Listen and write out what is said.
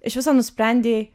iš viso nusprendei